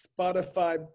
Spotify